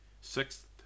sixth